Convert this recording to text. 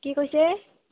কি কৈছে